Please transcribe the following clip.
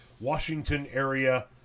Washington-area